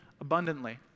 abundantly